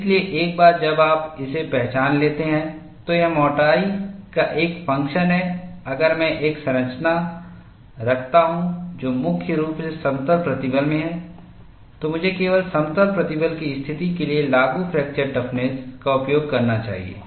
इसलिए एक बार जब आप इसे पहचान लेते हैं तो यह मोटाई का एक फंक्शन है अगर मैं एक संरचना रखता हूं जो मुख्य रूप से समतल प्रतिबल में है तो मुझे केवल समतल प्रतिबल की स्थिति के लिए लागू फ्रैक्चर टफ़्नस का उपयोग करना चाहिए